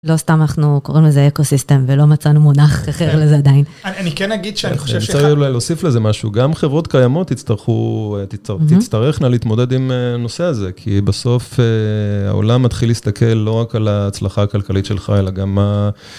לא סתם אנחנו קוראים לזה אקו סיסטם ולא מצאנו מונח אחר לזה עדיין. אני כן אגיד שאני חושב ש... אני רוצה להוסיף לזה משהו, גם חברות קיימות יצטרכו, תצטרכה להתמודד עם הנושא הזה, כי בסוף העולם מתחיל להסתכל לא רק על ההצלחה הכלכלית שלך, אלא גם מה...